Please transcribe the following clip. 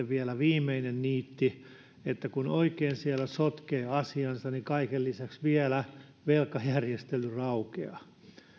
vielä tämmöinen viimeinen niitti että kun oikein siellä sotkee asiansa niin kaiken lisäksi vielä velkajärjestely raukeaa